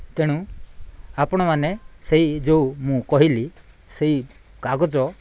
ତେଣୁ ଆପଣମାନେ ସେହି ଯେଉଁ ମୁଁ କହିଲି ସେହି କାଗଜ